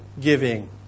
giving